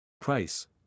Price